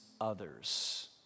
others